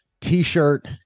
t-shirt